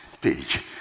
page